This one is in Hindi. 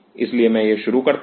इसलिए मैं यह शुरू करता हूं